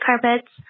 carpets